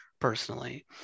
personally